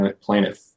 Planet